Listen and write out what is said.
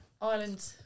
Ireland